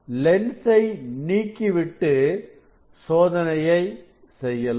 லென்சை நீக்கிவிட்டு சோதனையை செய்யலாம்